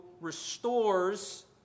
restores